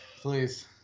please